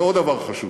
ועוד דבר חשוב,